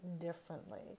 differently